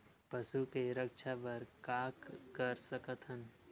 पशु के रक्षा बर का कर सकत हन?